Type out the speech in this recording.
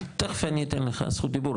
תיכף אני אתן לך זכות דיבור,